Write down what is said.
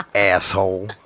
asshole